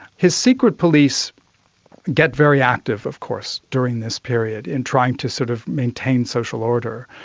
his secret police get very active of course during this period in trying to sort of maintain social order,